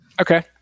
Okay